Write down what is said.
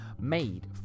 made